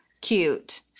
cute